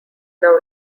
now